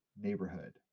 neighborhood